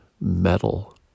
metal